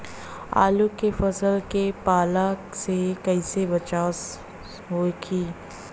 आलू के फसल के पाला से कइसे बचाव होखि?